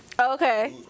Okay